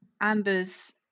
Amber's